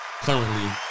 currently